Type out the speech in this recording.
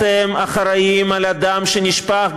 אתם אחראים לדם שנשפך,